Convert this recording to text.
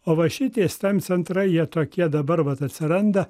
o va šitie steam centrai jie tokie dabar vat atsiranda